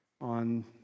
on